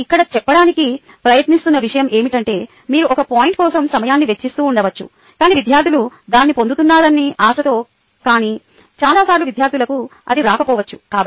నేను ఇక్కడ చేప్పడానికి ప్రయత్నిస్తున్న విషయం ఏమిటంటే మీరు ఒక పాయింట్ కోసం సమయాన్ని వెచ్చిస్తూ ఉండవచ్చు కాని విద్యార్థులు దాన్ని పొందుతున్నారని ఆశతో కానీ చాలా సార్లు విద్యార్థులకు అది రాకపోవచ్చు